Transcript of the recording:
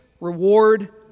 reward